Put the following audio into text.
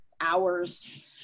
hours